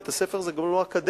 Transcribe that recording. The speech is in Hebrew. בית-ספר זה גם לא אקדמיה.